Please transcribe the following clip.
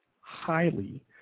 highly